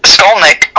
Skolnick